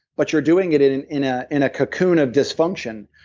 but you're doing it it and in ah in a cocoon of dysfunction,